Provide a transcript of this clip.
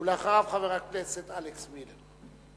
אחריו, חבר הכנסת אלכס מילר.